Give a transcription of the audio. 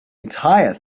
entire